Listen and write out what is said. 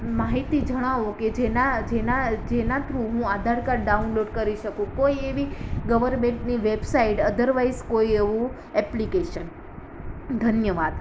માહિતી જણાવો કે જેના જેના જેના થ્રુ હું આધારકાર્ડ ડાઉનલોડ કરી શકું કોઈ એવી ગવર્મેન્ટની વેબસાઇટ અધરવાઇઝ કોઈ એવું એપ્લિકેશન ધન્યવાદ